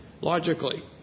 logically